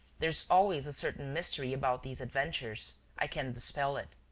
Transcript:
there is always a certain mystery about these adventures i can dispel it.